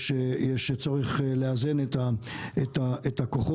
יש צורך לאזן את הכוחות.